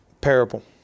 parable